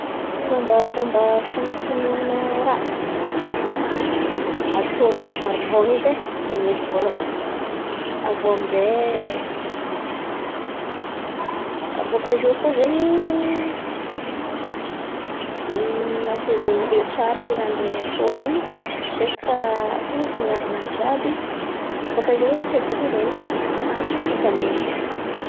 Fômbafômba fanatonona raha, atao amy ny sharbon edy ai, zen̈y edy vôlohany. Avô amin'jay, abôka eo koa zen̈y asezonena tsara raha andeha atôno in̈y direkty fa asiana fangaron̈any jiàby bôkà eo tsy adin̈a menaka tsy ampa-may izy.